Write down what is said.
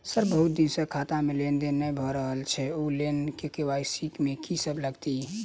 Sir बहुत दिन सऽ खाता मे लेनदेन नै भऽ रहल छैय ओई लेल के.वाई.सी मे की सब लागति ई?